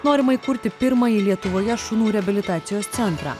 norima įkurti pirmąjį lietuvoje šunų reabilitacijos centrą